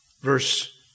verse